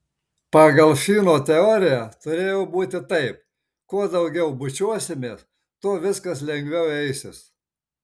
pagal fino teoriją turėjo būti taip kuo daugiau bučiuosimės tuo viskas lengviau eisis